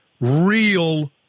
real